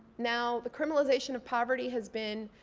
now the criminalization of poverty has been